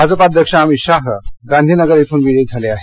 भाजपाध्यक्ष अमित शहा गांधीनगर इथून विजयी झाले आहेत